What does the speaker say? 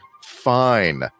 fine